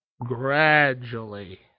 gradually